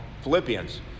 Philippians